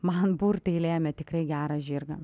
man burtai lėmė tikrai gerą žirgą